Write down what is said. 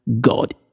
God